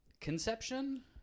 conception